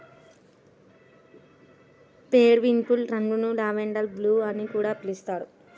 periwinkle రంగును lavender blue అని కూడా పిలుస్తారు